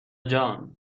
جان